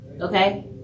Okay